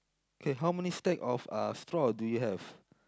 K how many stack of uh straw do you have